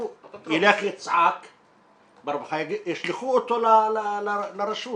הוא ילך ויצעק ברווחה, ישלחו אותו לרשות